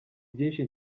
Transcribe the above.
byinshi